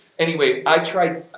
anyway, i tried